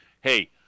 hey